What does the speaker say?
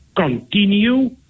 Continue